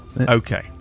Okay